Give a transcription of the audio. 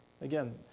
Again